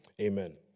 Amen